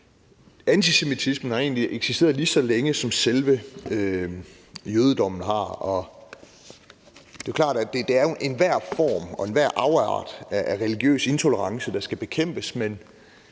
Antisemitismen har egentlig eksisteret lige så længe, som selve jødedommen har. Det er klart, at det jo er enhver form for og enhver afart af religiøs intolerance, der skal bekæmpes, men